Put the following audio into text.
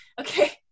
Okay